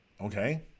Okay